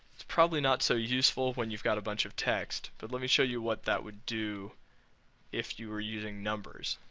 it's probably not so useful when you've got a bunch of text but let me show you what that would do if you were using numbers.